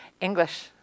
English